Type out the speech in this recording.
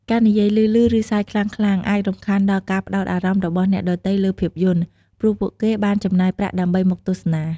ការនិយាយឮៗ ឬសើចខ្លាំងៗអាចរំខានដល់ការផ្តោតអារម្មណ៍របស់អ្នកដទៃលើភាពយន្ត ព្រោះពួកគេបានចំណាយប្រាក់ដើម្បីមកទស្សនា។